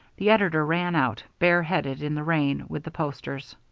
the editor ran out, bare-headed, in the rain, with the posters.